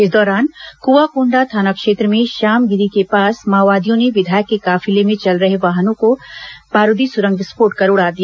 इस दौरान कुंआकोंडा थाना क्षेत्र में श्यामगिरी के पास माओवादियों ने विधायक के काफिले में चल रहे वाहनों को बारूदी सुरंग विस्फोट कर उडा दिया